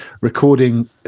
recording